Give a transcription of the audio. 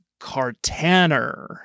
Cartaner